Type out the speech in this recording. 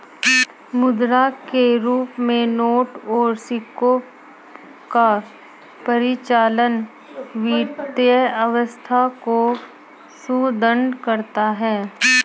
मुद्रा के रूप में नोट और सिक्कों का परिचालन वित्तीय व्यवस्था को सुदृढ़ करता है